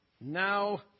now